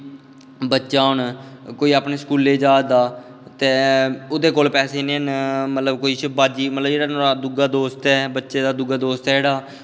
बच्चा कोई हून अपने स्कूलै गी जा'रदा ते ओह्दे कोल पैहे नेईं हैन मतलब किश बाजी दुआ दोस्त ऐ बच्चे दा दुआ दोस्त ऐ जेह्ड़ा